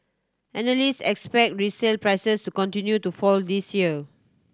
analysts expect resale prices to continue to fall this year